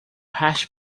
hash